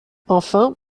enfin